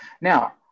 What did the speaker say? Now